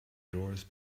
doors